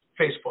Facebook